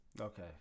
Okay